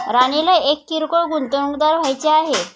राणीला एक किरकोळ गुंतवणूकदार व्हायचे आहे